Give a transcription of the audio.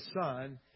son